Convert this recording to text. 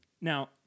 now